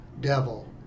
devil